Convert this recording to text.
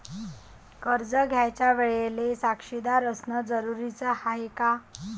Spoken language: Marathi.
कर्ज घ्यायच्या वेळेले साक्षीदार असनं जरुरीच हाय का?